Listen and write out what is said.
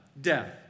Death